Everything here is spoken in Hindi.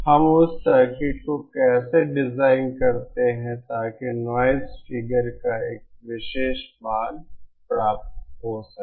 हम उस सर्किट को कैसे डिज़ाइन करते हैं ताकि नॉइज़ फिगर का एक विशेष मान प्राप्त हो सके